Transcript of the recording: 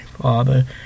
Father